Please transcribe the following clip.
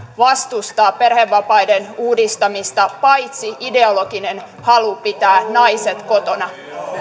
vastustaa perhevapaiden uudistamista paitsi ideologinen halu pitää naiset kotona